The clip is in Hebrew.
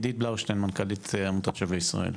עידית בלאושטיין, מנכ"לית עמותת "שבי ישראל".